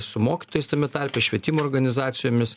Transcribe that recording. su mokytojais tame tarpe švietimo organizacijomis